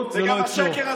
וגם השקר הזה,